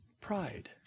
Pride